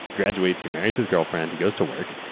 he graduates, he marries his girlfriend, he goes to work,